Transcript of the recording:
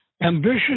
Ambitious